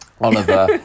Oliver